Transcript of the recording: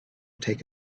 take